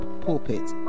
Pulpit